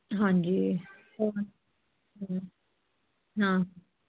ਹਾਂਜੀ ਹੋਰ ਹੋਰ ਹਾਂ